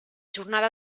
jornada